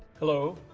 hello.